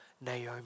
Naomi